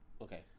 okay